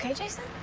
yeah jason?